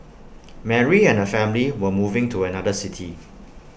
Mary and her family were moving to another city